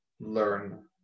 learn